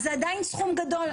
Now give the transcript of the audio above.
אז זה עדיין סכום גדול,